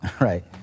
right